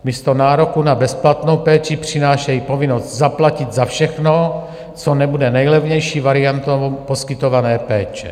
Místo nároku na bezplatnou péči přinášejí povinnost zaplatit za všechno, co nebude nejlevnější variantou poskytované péče.